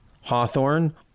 Hawthorne